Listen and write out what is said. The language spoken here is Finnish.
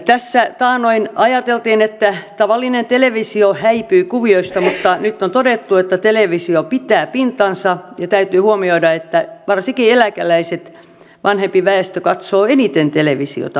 tässä taannoin ajateltiin että tavallinen televisio häipyy kuvioista mutta nyt on todettu että televisio pitää pintansa ja täytyy huomioida että varsinkin eläkeläiset vanhempi väestö katsoo eniten televisiota